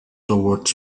towards